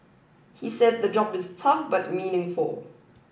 he said the job is tough but meaningful